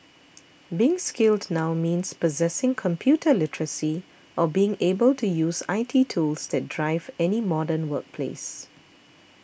being skilled now means possessing computer literacy or being able to use I T tools that drive any modern workplace